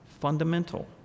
fundamental